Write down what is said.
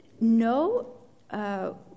No